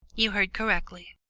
you heard correctly,